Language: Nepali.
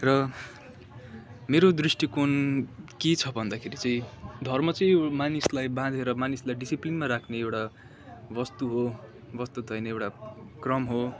र मेरो दृष्टिकोण के छ भन्दाखेरि चाहिँ धर्म चाहिँ मानिसलाई बाँधेर मानिसलाई डिसिप्लिनमा राख्ने एउटा वस्तु हो वस्तु त होइन एउटा क्रम हो